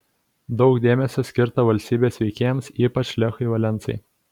daug dėmesio skirta valstybės veikėjams ypač lechui valensai